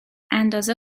اندازه